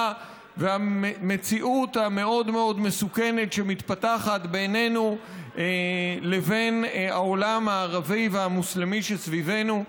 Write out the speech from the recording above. והמציאות המסוכנת מאוד שמתפתחת בינינו לבין העולם הערבי והמוסלמי שסביבנו,